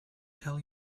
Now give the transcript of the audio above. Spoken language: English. tell